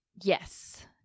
Yes